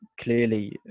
clearly